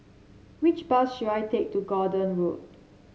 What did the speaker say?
which bus should I take to Gordon Road